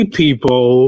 people